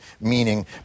meaning